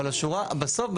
אבל בסוף,